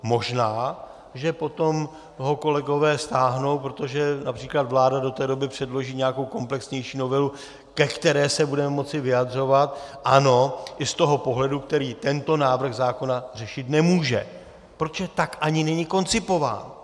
Možná, že potom ho kolegové stáhnou, protože například vláda do té doby předloží nějakou komplexnější novelu, ke které se budeme moci vyjadřovat, ano, i z toho pohledu, který tento návrh zákona řešit nemůže, protože tak ani není koncipován.